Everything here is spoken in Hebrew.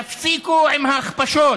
תפסיקו עם ההכפשות.